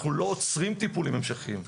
אנחנו לא עוצרים טיפולים המשכיים.